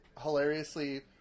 hilariously